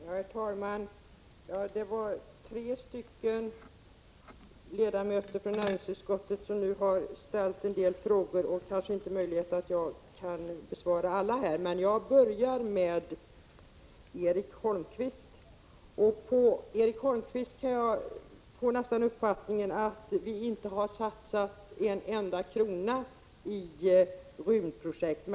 Herr talman! Det var tre ledamöter från näringsutskottet som nu ställde en del frågor. Jag kanske inte kan besvara alla, men jag börjar med Erik Holmkvist. Jag får nästan uppfattningen av Erik Holmkvist att vi inte har satsat en enda krona på rymdprojekt.